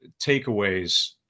takeaways